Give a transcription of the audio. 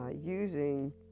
using